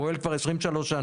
פועל כבר 23 שנה.